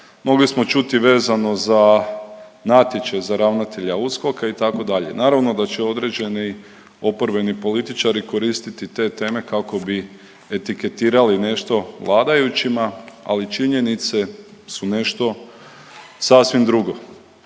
mogli smo čuti vezano za natječaj za ravnatelja USKOK-a itd. Naravno da će određeni oporbeni političari koristiti te teme kako bi etiketirali nešto vladajućima, ali činjenice su nešto sasvim drugo.